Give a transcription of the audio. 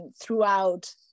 throughout